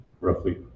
roughly